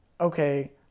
okay